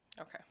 Okay